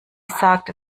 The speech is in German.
sagte